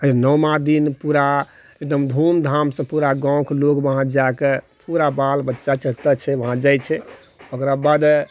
नौमा दिन पूरा एकदम धुमधामसँ पूरा गाँवके लोक वहाँ जाकऽ पूरा बाल बच्चा जते छै वहाँ जाइ छै ओकरा बाद